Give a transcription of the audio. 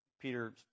Peter